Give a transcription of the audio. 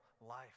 life